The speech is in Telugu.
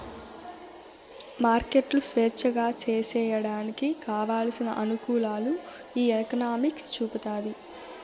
మార్కెట్లు స్వేచ్ఛగా సేసేయడానికి కావలసిన అనుకూలాలు ఈ ఎకనామిక్స్ చూపుతాది